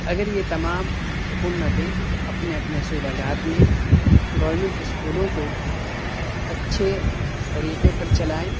اگر یہ تمام حکومتیں اپنے اپنے صوبہ جات میں گورنمنٹ اسکولوں کو اچھے طریقے پر چلائیں